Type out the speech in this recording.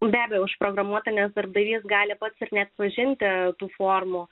be abejo užprogramuota nes darbdavys gali pats ir nepažinti tų formų